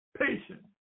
patience